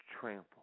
trample